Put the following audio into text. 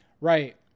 right